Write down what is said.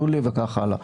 יולי וכך הלאה.